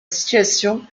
situation